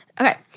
okay